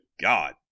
God